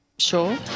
Sure